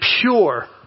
pure